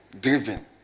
driven